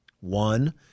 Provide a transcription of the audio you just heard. One